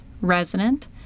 resident